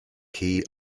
key